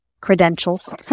credentials